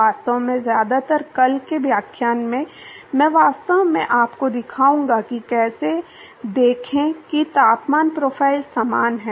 वास्तव में ज्यादातर कल के व्याख्यान में मैं वास्तव में आपको दिखाऊंगा कि कैसे देखें कि तापमान प्रोफाइल समान हैं